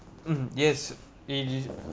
mm yes it is